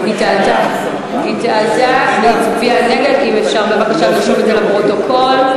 זכאות לגמלה בתקופת שהייה במקלט לנשים מוכות),